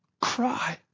cry